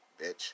bitch